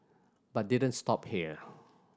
but didn't stop here